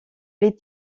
les